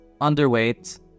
underweight